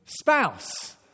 spouse